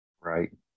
Right